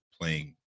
playing